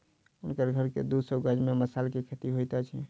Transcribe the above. हुनकर घर के दू सौ गज में मसाला के खेती होइत अछि